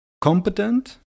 Competent